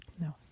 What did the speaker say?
No